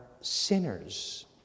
sinners